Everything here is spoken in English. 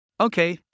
Okay